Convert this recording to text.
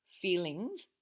feelings